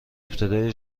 ابتدای